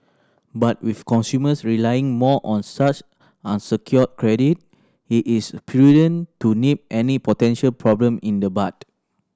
but with consumers relying more on such unsecured credit it is prudent to nip any potential problem in the bud